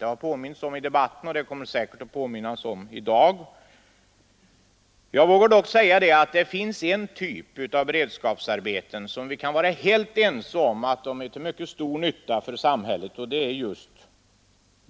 Det har påmints om det tidigare i debatten, och det kommer säkert att påminnas om det ytterligare i dag. Jag vågar dock säga att det finns en typ av beredskapsarbeten om vilkas stora nytta för samhället vi kan vara helt ense, nämligen just